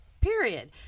period